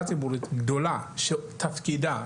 ציבורית גדולה שתפקידה,